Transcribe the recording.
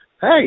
hey